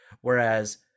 Whereas